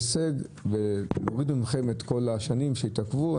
הישג, ויורידו מכם את כל השנים שהתעכבו.